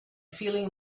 feeling